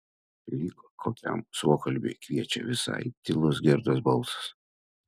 lyg kokiam suokalbiui kviečia visai tylus gerdos balsas